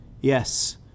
Yes